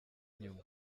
inyuma